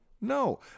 No